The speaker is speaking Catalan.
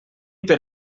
per